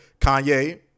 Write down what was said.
Kanye